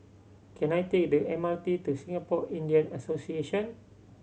can I take the M R T to Singapore Indian Association